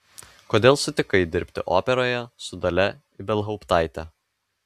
kodėl sutikai dirbti operoje su dalia ibelhauptaite